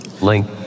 Link